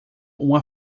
uma